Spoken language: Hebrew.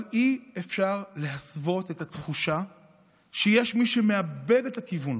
אבל אי-אפשר להסוות את התחושה שיש מי שמאבד את הכיוון